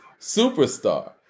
superstar